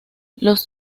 los